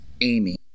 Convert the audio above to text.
Amy